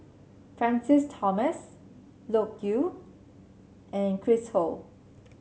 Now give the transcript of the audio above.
Francis Thomas Loke Yew and Chris Ho